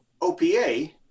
OPA